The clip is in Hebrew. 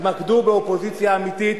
תתמקדו באופוזיציה אמיתית,